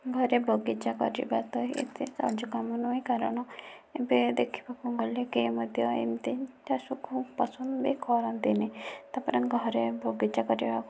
ଘରେ ବଗିଚା କରିବା ତ ଏତେ ସହଜ କାମ ନୁହେଁ କାରଣ ଏବେ ଦେଖିବାକୁ ଗଲେ କେହି ମଧ୍ୟ ଏମତି ଚାଷକୁ ପସନ୍ଦ ବି କରନ୍ତିନି ତାପରେ ଘରେ ବଗିଚା କରିବା